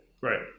Right